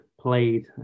played